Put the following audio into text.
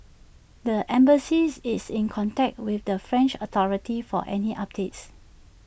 the embassies is in contact with the French authorities for any updates